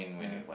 ya